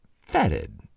fetid